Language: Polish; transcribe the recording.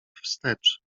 wstecz